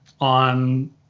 on